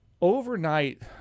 Overnight